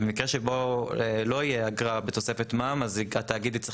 במקרה שבו לא יהיה אגרה בתוספת מע"מ אז התאגיד יצטרך